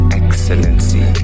excellency